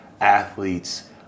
athletes